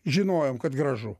žinojome kad gražu